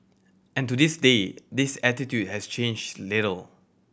and to this day this attitude has changed little